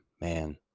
man